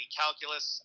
calculus